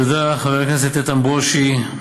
תודה לחבר הכנסת איתן ברושי.